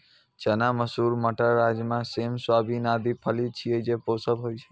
चना, मसूर, मटर, राजमा, सेम, सोयाबीन आदि फली छियै, जे पोषक होइ छै